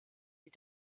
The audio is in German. die